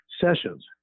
sessions